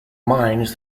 mines